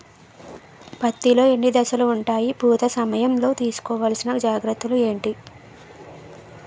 పత్తి లో ఎన్ని దశలు ఉంటాయి? పూత సమయం లో తీసుకోవల్సిన జాగ్రత్తలు ఏంటి?